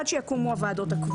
עד שיקומו הוועדות הקבועות.